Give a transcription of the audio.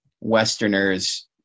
Westerners